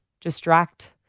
distract